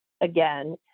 again